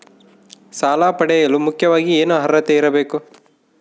ಸಾಲ ಪಡೆಯಲು ಮುಖ್ಯವಾಗಿ ಏನು ಅರ್ಹತೆ ಇರಬೇಕು?